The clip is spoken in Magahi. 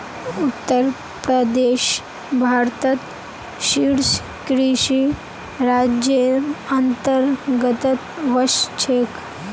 उत्तर प्रदेश भारतत शीर्ष कृषि राज्जेर अंतर्गतत वश छेक